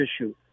issue